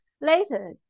Later